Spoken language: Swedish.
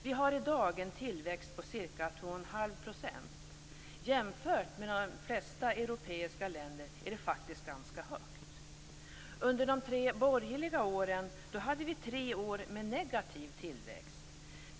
Vi har i dag en tillväxt på ca 2 1⁄2 %. Jämfört med i de flesta andra europeiska länder är den faktiskt ganska hög. Under de tre borgerliga regeringsåren hade vi tre år med negativ tillväxt.